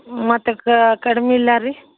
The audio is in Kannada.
ಮೂವತ್ತಕ್ಕಾ ಕಡ್ಮೆ ಇಲ್ವಾ ರೀ